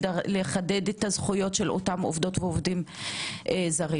לחדד את הזכויות של אותם עובדות ועובדים זרים.